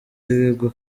b’ibigo